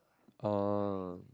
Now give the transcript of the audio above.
oh